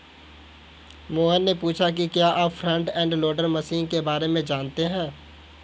मोहन ने पूछा कि क्या आप फ्रंट एंड लोडर मशीन के बारे में जानते हैं?